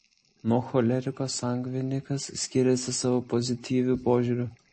nuo choleriko sangvinikas skiriasi savo pozityviu požiūriu